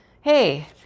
hey